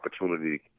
opportunity